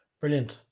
brilliant